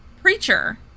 preacher